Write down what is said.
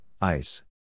ice